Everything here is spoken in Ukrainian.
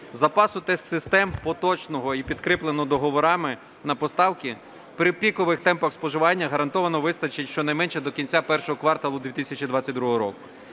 Запасу тест-систем поточного і підкріпленого договорами на поставки при пікових темпах споживання гарантовано вистачить щонайменше до кінця першого кварталу 2022 року.